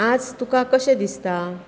आज तुका कशें दिसता